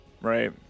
right